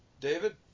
david